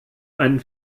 einen